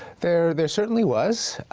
there there certainly was.